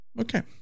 okay